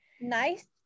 Nice